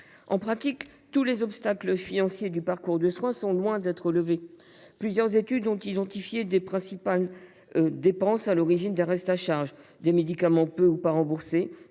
En pratique, tous les obstacles financiers du parcours de soins sont loin d’être levés. Plusieurs études ont identifié les principales dépenses à l’origine d’un reste à charge : médicaments peu ou pas remboursés,